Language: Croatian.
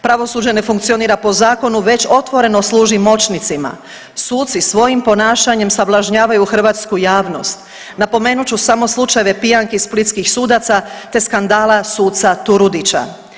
Pravosuđe ne funkcionira po zakonu već otvoreno služi moćnicima, suci svojim ponašanjem sablažnjavaju hrvatsku javnost, napomenut ću samo slučajeve pijanki splitskih sudaca, te skandala suca Turudića.